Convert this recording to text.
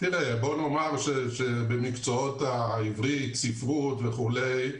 בוא נאמר שבמקצועות העברית, ספרות וכולי,